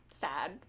sad